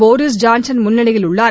Boris Johnson முன்னணியில் உள்ளார்